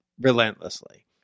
relentlessly